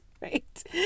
right